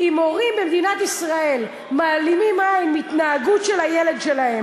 אם הורים במדינת ישראל מעלימים עין מהתנהגות של הילד שלהם,